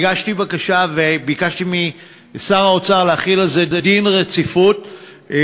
הגשתי בקשה וביקשתי משר האוצר להחיל דין רציפות על